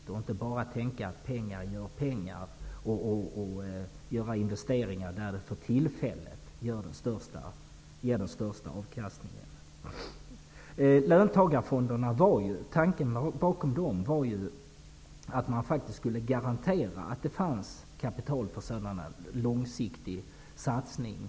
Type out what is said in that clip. Man kan inte bara tänka: pengar gör pengar, och göra investeringarna där de för tillfället ger den största avkastningen. Tanken bakom löntagarfonderna var att man skulle garantera kapital för långsiktiga satsningar.